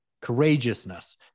courageousness